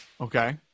Okay